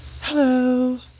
Hello